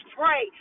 pray